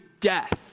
death